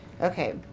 Okay